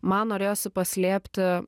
man norėjosi paslėpti